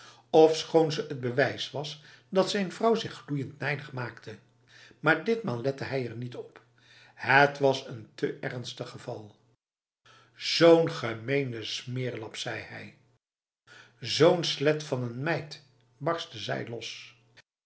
ofschoon ze het bewijs was dat zijn vrouw zich gloeiend nijdig maakte maar ditmaal lette hij er niet op het was een te ernstig geval zo'n gemene smeerlap zei hij zo'n slet van een meid barstte zij los